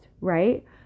right